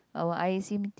our